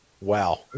wow